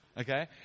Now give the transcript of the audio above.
okay